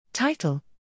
Title